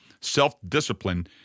Self-discipline